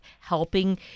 helping